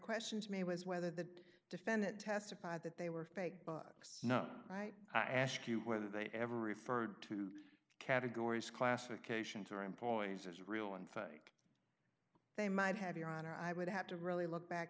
question to me was whether the defendant testified that they were fake bugs none right i ask you whether they ever referred to categories classifications or employees as real and fake they might have your honor i would have to really look back